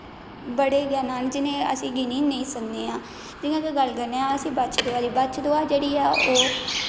बड़े गै नांऽ न जि'नें ई अस गिनी नेईं सकने आं जि'यां कि गल्ल करने आं अस बच्छ दुआ दी बच्छ दुआ जेह्ड़ी ऐ ओह्